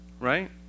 right